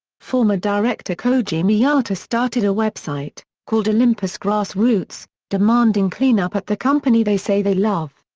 former director koji miyata started a web site, called olympus grassroots, demanding clean-up at the company they say they love.